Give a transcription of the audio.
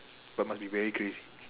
but must be very crazy